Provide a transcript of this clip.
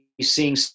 seeing